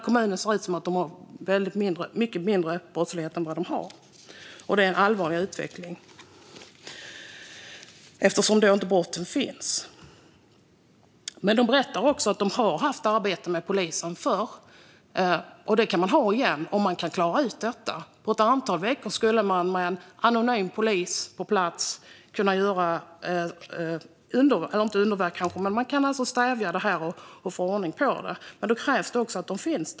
Det ser ut som att man har mycket mindre brottslighet än vad man har, och det är en allvarlig utveckling att brotten inte verkar finnas. Men man berättar också i kommunen att man har haft arbete med polisen förr, och det kan man ha igen om man kan klara ut detta. På ett antal veckor skulle man med en anonym polis på plats kanske inte kunna göra underverk, men ändå stävja detta och få ordning på det.